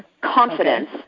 confidence